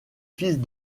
fils